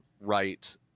right